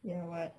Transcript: ya what